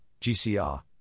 GCR